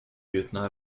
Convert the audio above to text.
lieutenant